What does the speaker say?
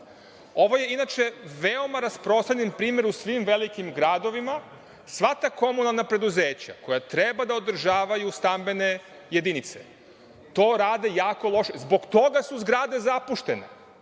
Ovo je inače veoma rasprostranjen primer u svim velikim gradovima. Sva ta komunalna preduzeća koja treba da održavaju stambene jedinice to rade jako loše. Zbog toga su zgrade zapuštene.